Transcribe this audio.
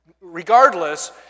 Regardless